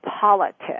politics